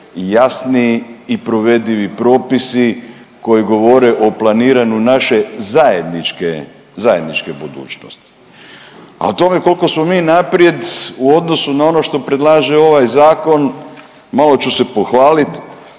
su jasni i provedivi propisi koji govore o planiranju naše zajedničke, zajedničke budućnosti. A o tome koliko smo mi naprijed u odnosu na ono što predlaže ovaj zakon malo ću se pohvaliti